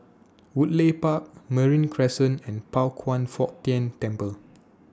Woodleigh Park Marine Crescent and Pao Kwan Foh Tang Temple